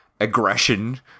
aggression